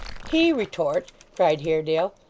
he retort cried haredale.